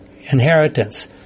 inheritance